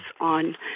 on